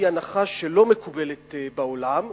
היא הנחה שלא מקובלת בעולם,